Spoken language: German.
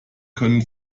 können